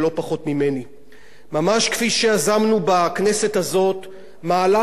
ממש כפי שיזמנו בכנסת הזאת מהלך בנושא שוק הספרים,